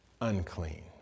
unclean